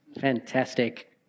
Fantastic